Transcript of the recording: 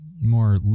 more